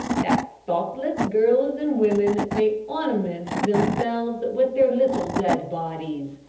that thoughtless girls and women may ornament themselves with their little dead bodies.